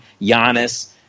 Giannis